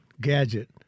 gadget